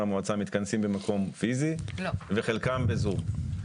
המועצה מתכנסים במקום פיזי וחלקם ב-זום.